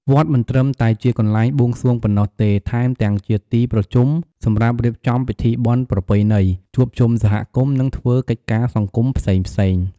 វត្តមិនត្រឹមតែជាកន្លែងបួងសួងប៉ុណ្ណោះទេ ថែមទាំងជាទីប្រជុំសម្រាប់រៀបចំពិធីបុណ្យប្រពៃណី ជួបជុំសហគមន៍ និងធ្វើកិច្ចការសង្គមផ្សេងៗ។